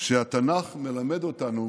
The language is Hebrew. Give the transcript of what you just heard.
שהתנ"ך מלמד אותנו